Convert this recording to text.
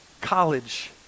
College